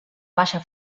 baixa